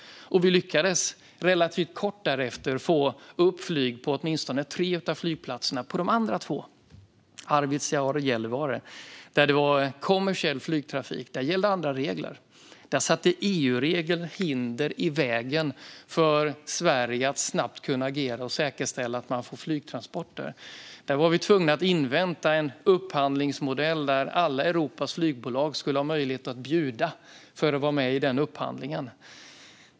Vi lyckades relativt kort därefter få upp flyg på åtminstone tre av flygplatserna. På de andra två, Arvidsjaur och Gällivare, där det var kommersiell flygtrafik, gällde andra regler. Där satte EU-regler hinder i vägen för Sverige att snabbt kunna agera och säkerställa att man fick flygtransporter. Vi var tvungna att invänta en upphandlingsmodell där alla Europas flygbolag skulle ha möjlighet att bjuda i upphandlingen.